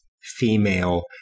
Female